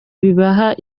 bibaha